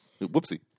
whoopsie